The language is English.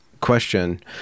question